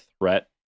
threat